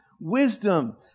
wisdom